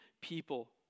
people